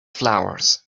flowers